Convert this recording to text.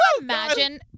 imagine